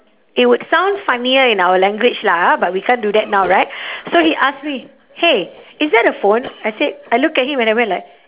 it would sound funnier in our language lah ha but we can't do that now right so he ask me !hey! is that a phone I said I look at him and I went like